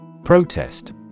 Protest